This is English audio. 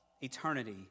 eternity